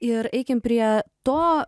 ir eikim prie to